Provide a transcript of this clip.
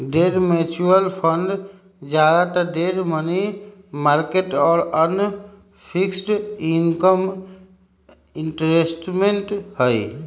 debt mutual fund ज्यादातर debt, money market और अन्य फिक्स्ड इनकम इंस्ट्रूमेंट्स हई